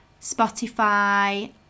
spotify